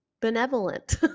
benevolent